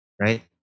Right